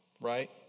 right